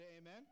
amen